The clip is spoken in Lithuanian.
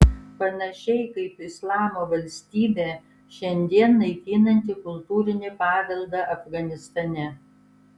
panašiai kaip islamo valstybė šiandien naikinanti kultūrinį paveldą afganistane